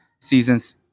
seasons